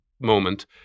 moment